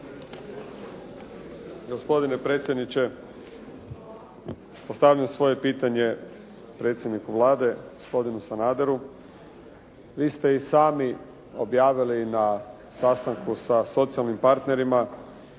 Gospodine predsjedniče, postavljam svoje pitanje predsjedniku Vlade, gospodinu Sanaderu. Vi ste i sami objavili na sastanku sa socijalnim partnerima